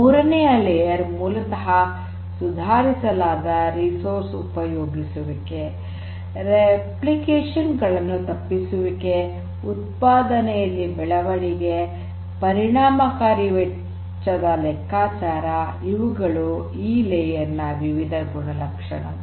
ಮೂರನೆಯ ಪದರ ಮೂಲತಃ ಸುಧಾರಿಸಲಾದ ರಿಸೋರ್ಸ್ ಉಪಯೋಗಿಸುವಿಕೆ ರೆಪ್ಲಿಕೇಷನ್ ಗಳನ್ನು ತಪ್ಪಿಸುವಿಕೆ ಉತ್ಪಾದನೆಯಲ್ಲಿ ಬೆಳೆವಣಿಗೆ ಪರಿಣಾಮಕಾರಿ ವೆಚ್ಚದ ಲೆಕ್ಕಾಚಾರ ಇವುಗಳು ಈ ಪದರದ ವಿವಿಧ ಗುಣಲಕ್ಷಣಗಳು